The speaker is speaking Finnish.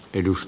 e dust